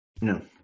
No